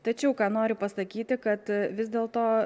tačiau ką noriu pasakyti kad vis dėl to